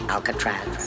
Alcatraz